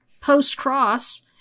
post-cross